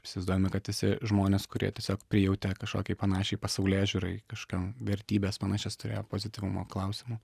įsivaizduojame kad visi žmonės kurie tiesiog prijautė kažkokiai panašiai pasaulėžiūrai kažkokiom vertybes panašias turėjo pozityvumo klausimu